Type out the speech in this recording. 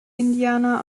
indianer